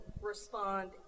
respond